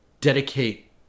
dedicate